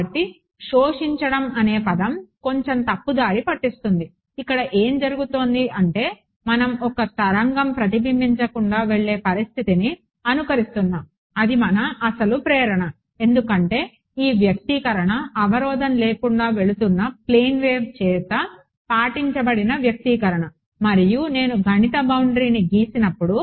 కాబట్టి శోషించడం అనే పదం కొంచెం తప్పుదారి పట్టిస్తుంది ఇక్కడ ఏం జరుగుతోంది అంటే మనం ఒక తరంగం ప్రతిబింబించకుండా వెళ్లే పరిస్థితిని అనుకరిస్తున్నాము అది మన అసలు ప్రేరణ ఎందుకంటే ఈ వ్యక్తీకరణ అవరోధం లేకుండా వెళుతున్న ప్లేన్ వేవ్ చేత పాటించబడిన వ్యక్తీకరణ మరియు నేను గణిత బౌండరీని గీసినప్పుడు